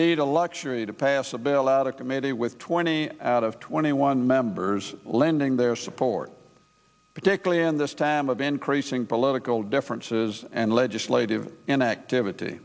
indeed a luxury to pass a bill out of committee with twenty out of twenty one members lending their support particularly in this time of increasing political differences and legislative inactivity